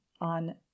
on